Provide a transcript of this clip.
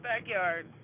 backyard